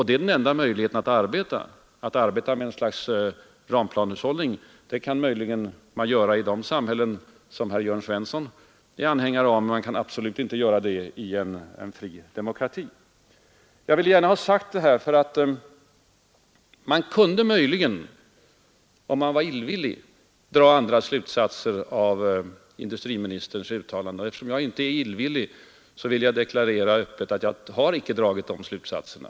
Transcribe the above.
Det är den enda möjligheten att arbeta. Ett slags ramplanhushållning kan man möjligen arbeta med i de samhällen som herr Jörn Svensson är anhängare av, men man kan absolut inte göra det i en fri demokrati. Jag vill gärna ha sagt detta därför att man möjligen kunde, om man vore illvillig, dra andra slutsatser av industriministerns uttalanden. Eftersom jag inte är illvillig så vill jag öppet deklarera att jag icke har dragit de slutsatserna.